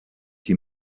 die